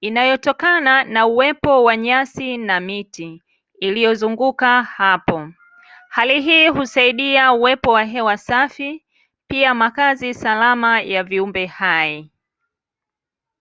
inayotokana na uwepo wa nyasi na miti iliyozunguka hapo. Hali hii husaidia uwepo wa hewa safi, pia makazi salama ya viumbe hai.